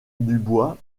dubois